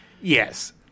Yes